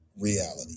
Reality